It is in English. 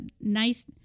nice